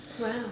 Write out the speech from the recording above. Wow